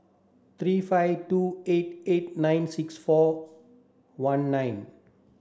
three five two eight eight nine six four one nine